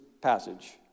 passage